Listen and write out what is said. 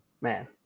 Man